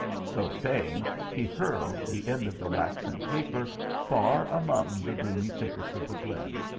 so saying he hurled the end of the waxen taper far among the gloomy thickets of the glen.